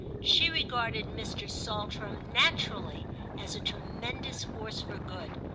she regarded mr. saltram naturally as a tremendous force for good.